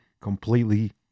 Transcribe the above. completely